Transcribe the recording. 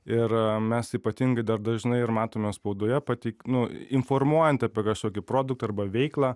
ir mes ypatingai dar dažnai ir matome spaudoje pateik nu informuojant apie kažkokį produktą arba veiklą